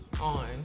on